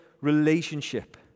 relationship